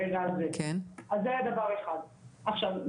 עכשיו,